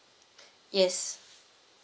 yes